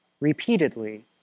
repeatedly